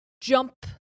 jump